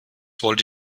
wollte